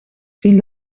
fill